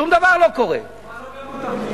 שום דבר לא קורה, מה, לא גמרו את הבנייה?